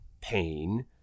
pain